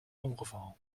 ongeval